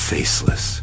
Faceless